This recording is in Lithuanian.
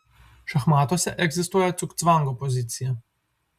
šachmatuose egzistuoja cugcvango pozicija